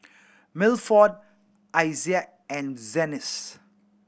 Milford Isaiah and Janyce